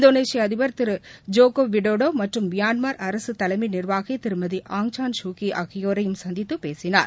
இந்தோனேஷிய அதிபர் திரு Joko Widodo மற்றும் மியான்மர் அரசு தலைமை நிர்வாகி திருமதி ஆங் சான் குச்சி ஆகியோரையும் சந்தித்து பேசினார்